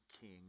King